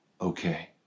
okay